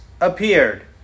appeared